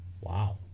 Wow